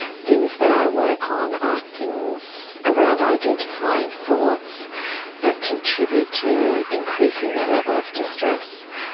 things that i work on are things around identifying thoughts that contribute to increasing their level of distress.